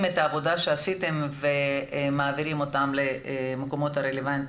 את העבודה שעשיתם ומעבירים אותה למקומות הרלוונטיים.